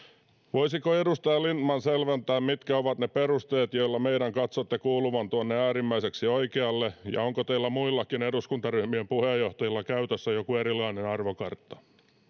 voisiko edustaja lindtman selventää mitkä ovat ne perusteet joilla meidän katsotte kuuluvan tuonne äärimmäiseksi oikealle ja onko teillä muillakin eduskuntaryhmien puheenjohtajilla käytössänne joku erilainen arvokartta